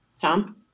Tom